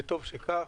וטוב שכך.